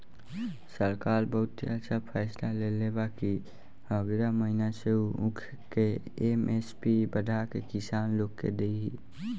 सरकार बहुते अच्छा फैसला लेले बा कि अगिला महीना से उ ऊख के एम.एस.पी बढ़ा के किसान लोग के दिही